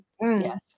Yes